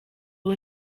ubu